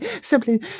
simply